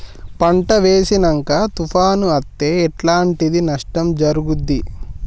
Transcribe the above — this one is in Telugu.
పంట వేసినంక తుఫాను అత్తే ఎట్లాంటి నష్టం జరుగుద్ది?